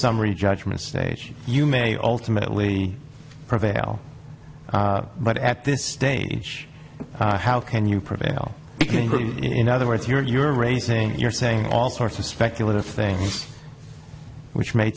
summary judgment stage you may ultimately prevail but at this stage how can you prevail in other words you're you're raising you're saying all sorts of speculative thing which may